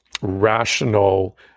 rational